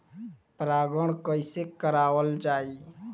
परागण कइसे करावल जाई?